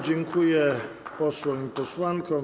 Dziękuję posłom i posłankom.